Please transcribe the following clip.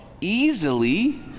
easily